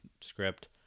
script